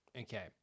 Okay